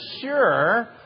sure